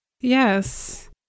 Yes